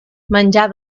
menjar